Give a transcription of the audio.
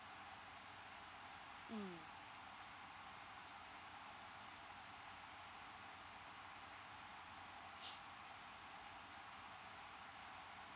mm